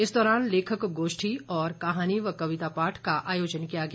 इस दौरान लेखक गोष्ठी और कहानी व कविता पाठ का आयोजन किया गया